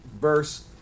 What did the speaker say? verse